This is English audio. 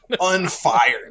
Unfired